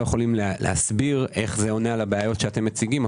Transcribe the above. יכולים להסביר איך זה עונה על הבעיות שאתם מציגים.